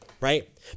right